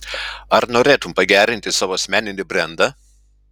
ar norėtum pagerinti savo asmeninį brendą